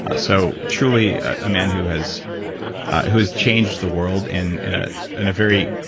ah so truly, a man who has who has changed the world in in ah and a very,